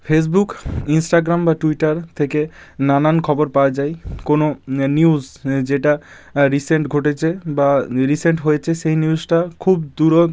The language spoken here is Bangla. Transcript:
ফেসবুক ইনস্টাগ্রাম বা টুইটার থেকে নানান খবর পাওয়া যায় কোনো নিউজ যেটা রিসেন্ট ঘটেছে বা রিসেন্ট হয়েছে সেই নিউজটা খুব দূরও